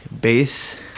bass